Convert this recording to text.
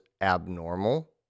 abnormal